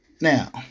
Now